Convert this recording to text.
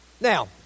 Now